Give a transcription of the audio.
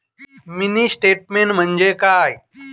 Mini statement म्हणजे काय?